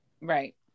right